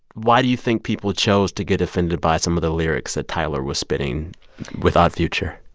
why do you think people chose to get offended by some of the lyrics that tyler was spitting with odd future?